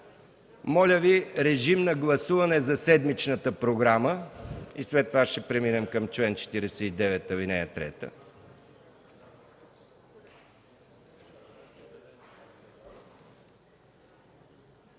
Моля Ви режим на гласуване за седмичната програма и след това ще преминем към чл. 49, ал. 3.